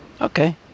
Okay